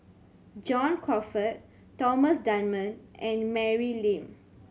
John Crawfurd Thomas Dunman and Mary Lim